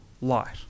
light